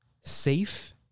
safe